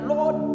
Lord